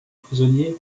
prisonnier